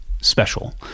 special